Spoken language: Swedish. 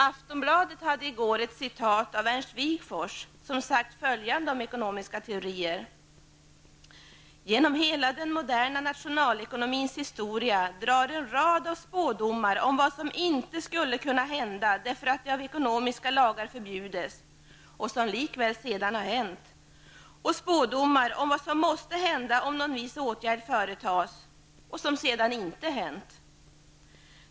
Aftonbladet hade i går ett citat av Ernst Wigforss, som sagt följande om ekonomiska teorier: ''Genom hela den moderna nationalekonomins historia drar en rad av spådomar om vad som inte skulle kunna hända, därför att det av ekonomiska lagar förbjudes -- och som likväl sedan hänt -- och spådomarna om vad som måste hända om någon viss åtgärd företages -- och som sedan inte hänt.''